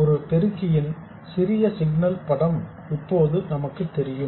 ஒரு பெருக்கியின் சிறிய சிக்னல் படம் இப்போது நமக்குத் தெரியும்